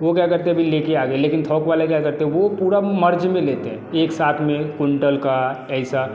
वो क्या करते हैं कि ले के आ गए लेकिन थौक वाले क्या करते वो पूरा मार्जिन में लेते हैं एक साथ में कुंटल का ऐसा